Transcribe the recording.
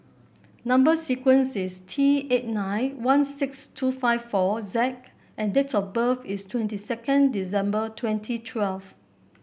number sequence is T eight nine one six two five four Z and date of birth is twenty second December twenty twelve